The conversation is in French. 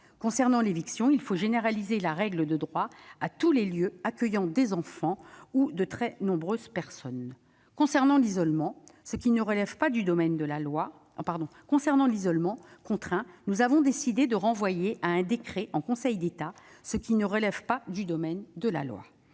concerne l'éviction, il faut généraliser la règle de droit à tous les lieux accueillant des enfants ou de très nombreuses personnes. Pour ce qui est de l'isolement contraint, nous avons décidé de renvoyer à un décret en Conseil d'État ce qui ne relève pas du domaine de la loi.